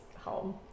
home